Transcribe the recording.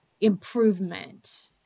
improvement